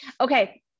Okay